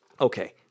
Okay